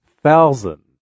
Thousand